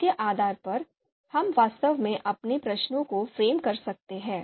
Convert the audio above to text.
उसके आधार पर हम वास्तव में अपने प्रश्नों को फ्रेम कर सकते हैं